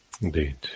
Indeed